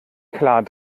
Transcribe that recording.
klar